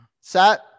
set